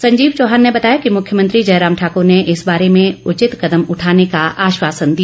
संजीव चौहान ने बताया कि मुख्यमंत्री जयराम ठाक्र ने इस बारे में उचित कदम उठाने का आश्वासन दिया